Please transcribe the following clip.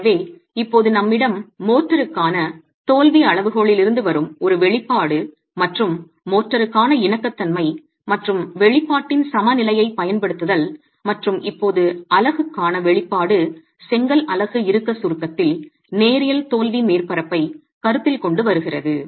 எனவே இப்போது நம்மிடம் மோர்டார்க்கான தோல்வி அளவுகோலில் இருந்து வரும் ஒரு வெளிப்பாடு மற்றும் மோர்டருக்கான இணக்கத்தன்மை மற்றும் வெளிப்பாட்டின் சமநிலையைப் பயன்படுத்துதல் மற்றும் இப்போது அலகுக்கான வெளிப்பாடு செங்கல் அலகு இறுக்க சுருக்கத்தில் நேரியல் தோல்வி மேற்பரப்பைக் கருத்தில் கொண்டு வருகிறது